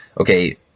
Okay